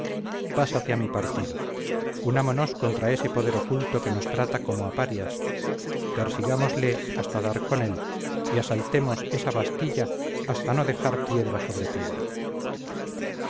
pásate a mi partido unámonos contra ese poder oculto que nos trata como a parias persigámosle hasta dar con él y asaltemos esa bastilla hasta no dejar piedra sobre piedra